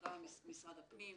אלא גם משרד הפנים.